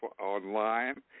online